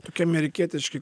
tokie amerikietiški